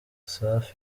safi